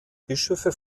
bischöfe